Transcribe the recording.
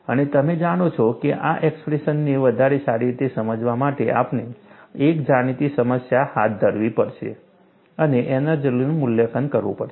અને તમે જાણો છો કે આ એક્સપ્રેશનને વધારે સારી રીતે સમજવા માટે આપણે એક જાણીતી સમસ્યા હાથ ધરવી પડશે અને એનર્જીનું મૂલ્યાંકન કરવું પડશે